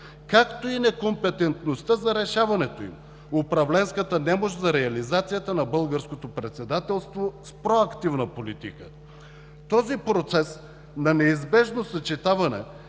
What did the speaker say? както и некомпетентността за решаването им, управленската немощ за реализацията на българското председателство с проактивна политика. Този процес на неизбежно съчетаване